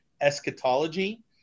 eschatology